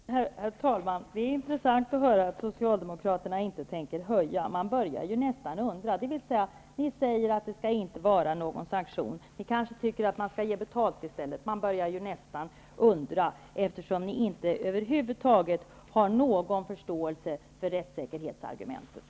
Herr talman! Det är intressant att höra att Socialdemokraterna inte vill höja skadestånden. Ni säger att det inte skall vara någon sanktion. Ni kanske tycker att man skall ge betalt i stället. Man börjar nästan undra, eftersom ni över huvud taget inte har någon förståelse för rättssäkerhetsargumentet.